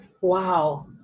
wow